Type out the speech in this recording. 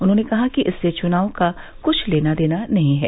उन्होंने कहा कि इससे चुनाव का कुछ लेना देना नहीं है